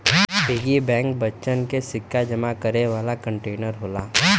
piggy bank बच्चन के सिक्का जमा करे वाला कंटेनर होला